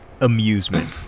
amusement